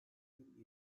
virgül